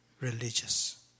religious